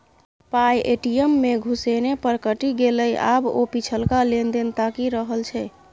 पाय ए.टी.एम मे घुसेने पर कटि गेलै आब ओ पिछलका लेन देन ताकि रहल छै